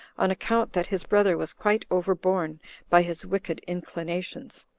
on account that his brother was quite overborne by his wicked inclinations.